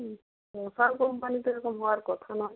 হুম Mashal company তো এরকম হওয়ার কথা নয়